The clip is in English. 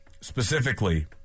specifically